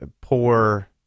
poor